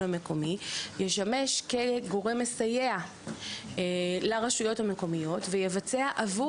המקומי ישמש גורם מסייע לרשויות המקומיות ויבצע עבור